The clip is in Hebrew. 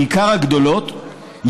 בעיקר הגדולות,